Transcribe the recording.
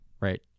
Right